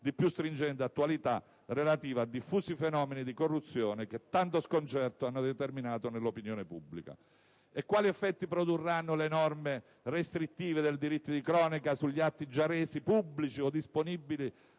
di più stringente attualità relativi a diffusi fenomeni di corruzione, che tanto sconcerto hanno determinato nell'opinione pubblica. E quali effetti produrranno le norme restrittive del diritto di cronaca sugli atti già resi pubblici o disponibili